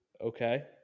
Okay